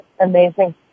Amazing